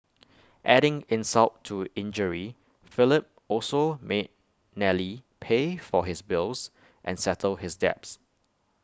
adding insult to injury Philip also made Nellie pay for his bills and settle his debts